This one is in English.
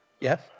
Yes